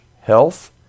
health